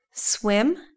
Swim